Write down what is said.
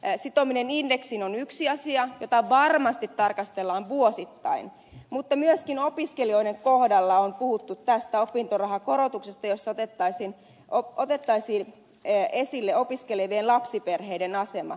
indeksiin sitominen on yksi asia jota varmasti tarkastellaan vuosittain mutta myöskin opiskelijoiden kohdalla on puhuttu opintorahan korotuksesta jossa otettaisiin esille opiskelevien lapsiperheiden asema